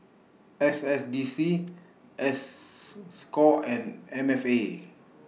S S D C S SCORE and M F A